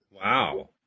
Wow